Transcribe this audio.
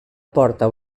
porta